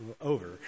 over